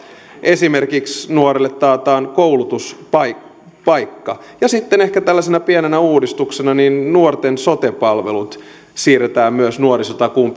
esimerkiksi nuorelle taataan koulutuspaikka ja sitten ehkä tällaisena pienenä uudistuksena nuorten sote palvelut siirretään myös nuorisotakuun